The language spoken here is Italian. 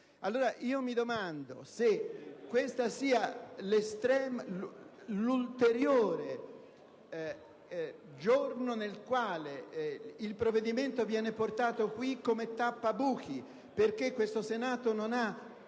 Allora io mi domando se questo sia l'ulteriore giorno nel quale il provvedimento viene portato qui come tappabuchi, perché questo Senato non ha